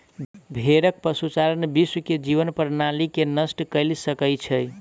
भेड़क पशुचारण विश्व के जीवन प्रणाली के नष्ट कय सकै छै